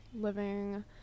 Living